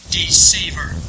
deceiver